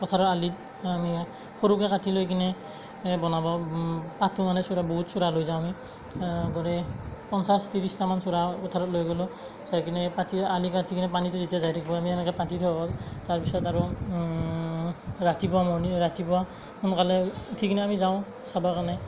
পথাৰৰ আলিত আমি সৰুকৈ কাটি লৈ কিনে বনাব পাতো মানে চূড়া বহুত চূড়া লৈ যাওঁ আমি গড়ে পঞ্চাশ ত্ৰিছটামান চূড়া পথাৰত লৈ গ'লো যাইকিনে পাতি আলি কাটি পানীটো যেতিয়া যাই থাকিব আমি এনেকৈ পাতি থাকো তাৰপিছত আৰু ৰাতিপুৱা মৰ্নিং ৰাতিপুৱা সোনকালে উঠি কেনে আমি যাওঁ চাবৰ কাৰণে